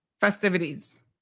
festivities